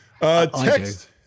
Text